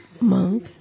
monk